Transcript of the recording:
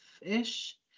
ish